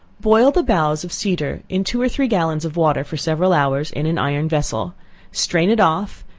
boil the boughs of cedar in two or three gallons of water, for several hours, in an iron vessel strain it off,